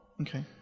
okay